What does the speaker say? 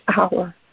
hour